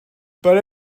but